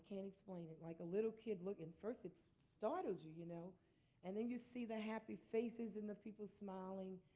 can't explain it. like a little kid, looking, first it startled you. you know and then you see the happy faces and the people smiling.